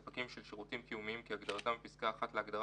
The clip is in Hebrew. וספקים של שירותים קיומיים כהגדרתם בפסקה (1) להגדרה